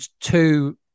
two